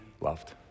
loved